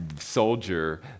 soldier